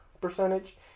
percentage